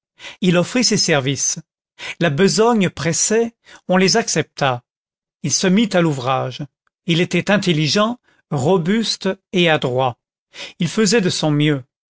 il offrit ses services la besogne pressait on les accepta il se mit à l'ouvrage il était intelligent robuste et adroit il faisait de son mieux